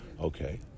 Okay